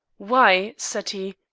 why, said he,